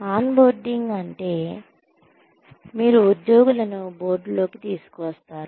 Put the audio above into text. on boarding అంటే మీరు ఉద్యోగులను బోర్డులో కి తీసుకువస్తారు